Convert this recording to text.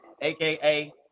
aka